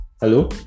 Hello